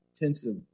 intensive